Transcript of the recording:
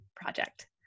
Project